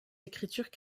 écritures